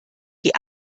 die